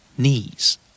Knees